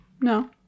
No